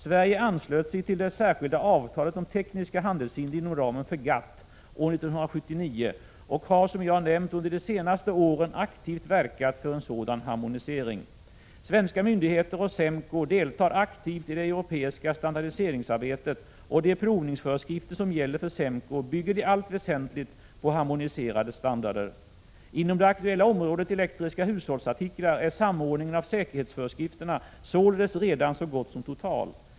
Sverige anslöt sig till det särskilda avtalet om tekniska handelshinder inom ramen för GATT år 1979 och har, som jag nämnt, under de senaste åren aktivt verkat för en sådan harmonisering. Svenska myndigheter och SEMKO deltar aktivt i det europeiska standardiseringsarbetet, och de provningsföreskrifter som gäller för SEMKO bygger i allt väsentligt på harmoniserade standarder. Inom det aktuella området elektriska hushållsartiklar är samordningen av säkerhetsföreskrifterna således redan så gott som total.